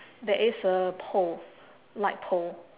there is a pole light pole